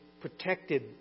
protected